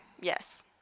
Yes